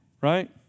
right